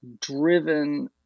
driven